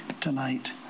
tonight